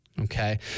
Okay